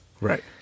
Right